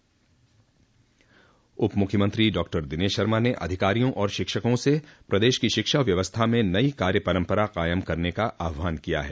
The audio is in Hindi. उपमुख्यमंत्री डॉक्टर दिनेश शर्मा ने अधिकारियों और शिक्षकों से प्रदेश की शिक्षा व्यवस्था में नई कार्य परम्परा कायम करने का आहवान किया है